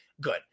good